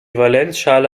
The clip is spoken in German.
valenzschale